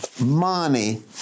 Money